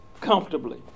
comfortably